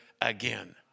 again